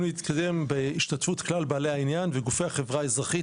יתקיים בהשתתפות כלל בעלי העניין וגופי החברה האזרחית,